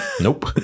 Nope